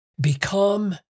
become